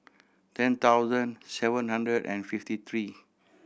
ten thousand seven hundred and fifty three